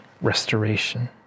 restoration